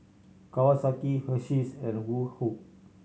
Kawasaki Hersheys and Woh Hup